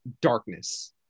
darkness